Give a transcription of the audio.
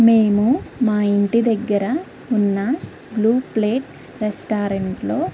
మేము మా ఇంటి దగ్గర ఉన్న గ్లో ప్లేట్ రెస్టారెంట్లో